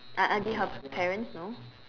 uh uh did her parents know